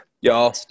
Y'all